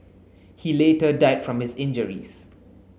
he later died from his injuries